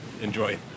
enjoy